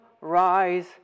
rise